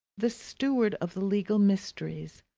the steward of the legal mysteries,